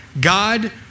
God